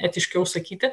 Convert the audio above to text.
etiškiau sakyti